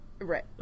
right